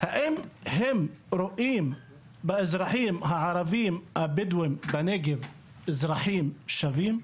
האם הם רואים באזרחים הערבים הבדואים בנגב אזרחים שווים.